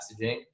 messaging